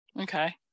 Okay